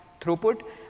throughput